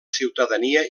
ciutadania